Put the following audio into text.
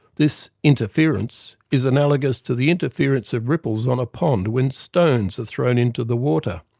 this interference is analogous to the interference of ripples on a pond when stones are thrown into the water,